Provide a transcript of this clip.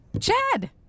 Chad